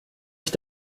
ich